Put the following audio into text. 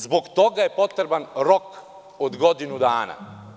Zbog toga je potreban rok od godinu dana.